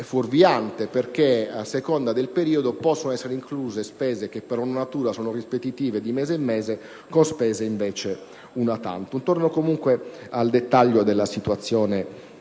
fuorviante perché, a seconda del periodo considerato, rischiano di essere incluse spese che per natura sono ripetitive di mese in mese con spese invece *una tantum*. Tornando comunque al dettaglio della situazione